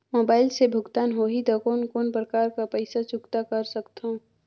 Mobile से भुगतान होहि त कोन कोन प्रकार कर पईसा चुकता कर सकथव?